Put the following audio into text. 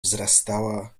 wzrastała